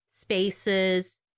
spaces